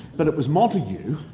but it was montague,